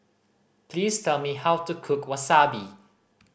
please tell me how to cook Wasabi